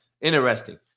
interesting